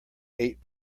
eight